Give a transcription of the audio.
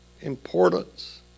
importance